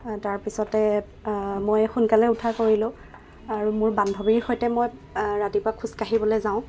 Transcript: তাৰপিছতে মই সোনকালে উঠা কৰিলোঁ আৰু মোৰ বান্ধৱীৰ সৈতে মই ৰাতিপুৱা খোজ কাঢ়িবলৈ যাওঁ